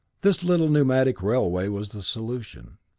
this little pneumatic railway was the solution.